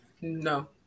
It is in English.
no